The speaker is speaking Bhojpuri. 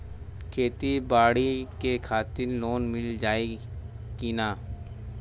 खेती बाडी के खातिर लोन मिल जाई किना?